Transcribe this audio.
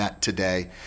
today